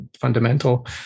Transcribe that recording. fundamental